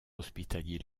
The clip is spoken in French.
hospitalier